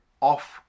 off